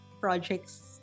projects